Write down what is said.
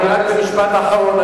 אני רק, במשפט אחרון.